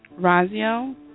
Razio